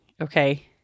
okay